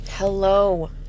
Hello